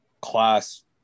class